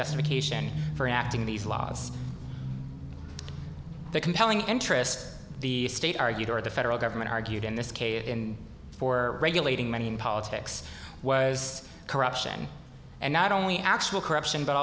justification for acting these laws the compelling interest the state argued or the federal government argued in this case for regulating money in politics was corruption and not only actual corruption but